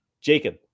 Jacob